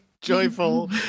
joyful